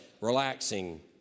Relaxing